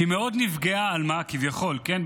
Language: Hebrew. שהיא מאוד נפגעה, כביכול, כן?